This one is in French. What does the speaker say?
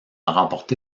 remporté